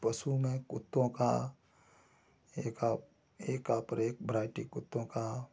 पशु में कुत्तों का एका एका पर एक ब्राइटी कुत्तों का